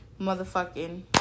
motherfucking